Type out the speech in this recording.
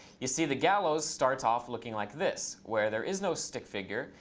you see, the gallows starts off looking like this, where there is no stick figure.